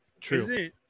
True